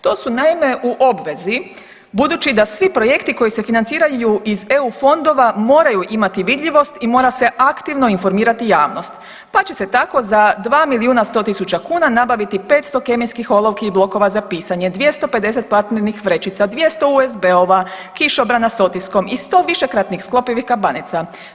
To su naime, u obvezi budući da svi projekti koji se financiranju iz EU fondova moraju imati vidljivost i mora se aktivno informirati javnost pa će se tako za 2 100 000 kuna nabaviti 500 kemijskih olovki i blokova za pisanje, 250 platnenih vrećica, 200 USB-ova, kišobrana s otiskom i 100 višekratnih sklopivih kabanica.